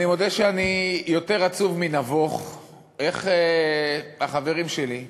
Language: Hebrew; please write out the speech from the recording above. אני מודה שאני יותר עצוב מנבוך איך החברים שלי,